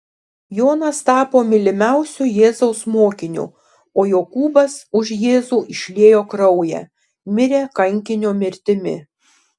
jonas tapo mylimiausiu jėzaus mokiniu o jokūbas už jėzų išliejo kraują mirė kankinio mirtimi